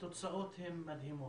התוצאות הן מדהימות.